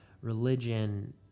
religion